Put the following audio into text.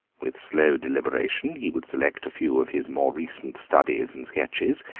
with slow deliberation he would select a few of his more recent studies and sketches,